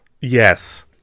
Yes